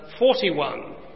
41